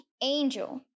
angel